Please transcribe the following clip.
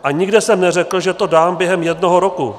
A nikde jsem neřekl, že to dám během jednoho roku.